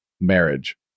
marriage